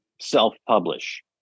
self-publish